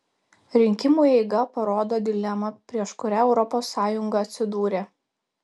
rinkimų eiga parodo dilemą prieš kurią europos sąjunga atsidūrė